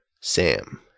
Sam